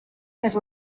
més